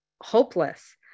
hopeless